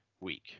week